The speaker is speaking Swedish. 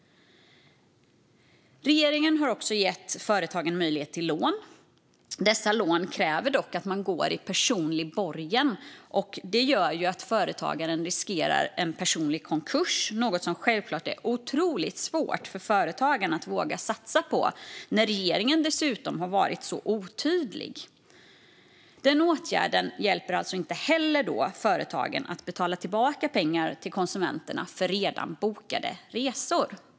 Regeringen har också gett företagen möjlighet till lån. Dessa lån kräver dock att man går i personlig borgen. Det gör att företagaren riskerar personlig konkurs, vilket självklart gör att är det otroligt svårt för företagarna att våga satsa på detta när regeringen dessutom varit så otydlig. Den åtgärden hjälper alltså inte heller företagen att betala tillbaka pengar till konsumenterna för redan bokade resor.